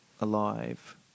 alive